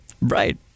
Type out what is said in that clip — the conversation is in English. Right